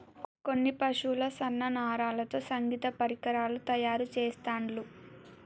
కొన్ని పశువుల సన్న నరాలతో సంగీత పరికరాలు తయారు చెస్తాండ్లు